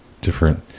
different